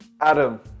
Adam